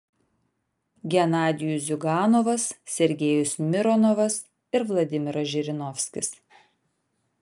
genadijus ziuganovas sergejus mironovas ir vladimiras žirinovskis